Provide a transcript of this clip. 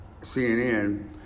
CNN